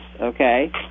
Okay